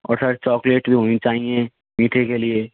और sir chocolate भी होनी चाहिए मीठे के लिए